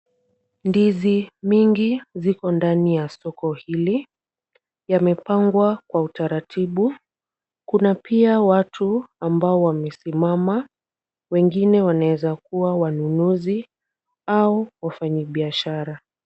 Ndizi, mingi, ziko ndani ya soko hili. Yamepangwa kwa utaratibu. Kuna pia watu ambao wamesimama. Wengine wanaweza kuwa wanunuzi au wafanyibiashara.